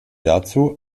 dazu